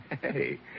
Hey